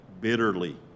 bitterly